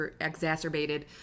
exacerbated